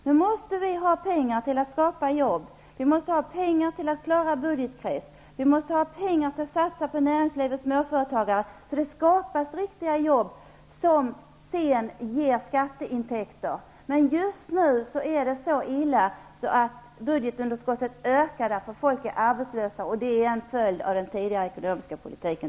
Vi måste ha pengar till att få fram jobb, till att klara budgetkrisen och för att kunna satsa på näringsliv och småföretag, så att det skapas riktiga jobb som sedan ger skatteintäkter. Just nu är det så illa ställt att budgetunderskottet ökar på grund av att folk är arbetslösa, vilket tyvärr är en följd av den tidigare ekonomiska politiken.